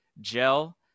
gel